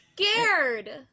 scared